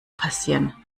passieren